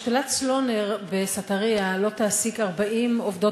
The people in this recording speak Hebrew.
משתלת סלונר בסתריה לא תעסיק 40 עובדות